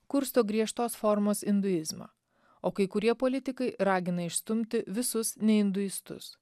kursto griežtos formos induizmą o kai kurie politikai ragina išstumti visus ne induistus